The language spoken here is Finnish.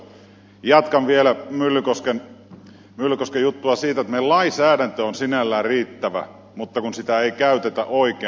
jatkan vielä myllykosken juttua siitä että meidän lainsäädäntömme on sinällään riittävä mutta sitä ei käytetä oikein